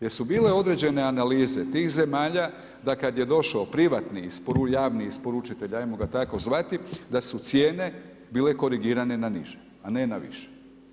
Jer su bile određene analize tih zemalja, da kada je došao, privatni, javni isporučitelj, ajmo ga tako zvati, da su cijene bile korigirane na niže a ne na više.